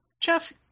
Jeff